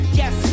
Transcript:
yes